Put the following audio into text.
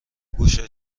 گوش